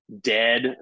dead